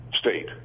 state